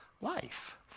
life